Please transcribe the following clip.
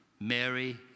Mary